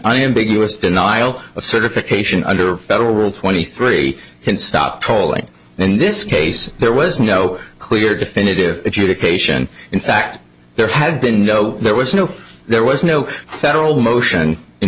unambiguous denial of certification under federal rule twenty three can stop trolling in this case there was no clear definitive if you to cation in fact there had been no there was no there was no federal motion in